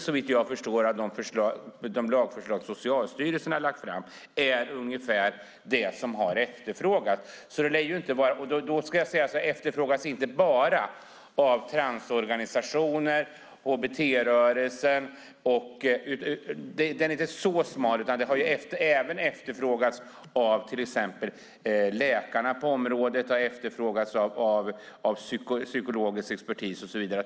Såvitt jag förstår är de lagförslag som Socialstyrelsen har lagt fram ungefär det som har efterfrågats, och då inte bara av transpersoner, hbt-rörelsen med flera utan också av till exempel läkarna på området och av psykologisk expertis och så vidare.